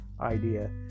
idea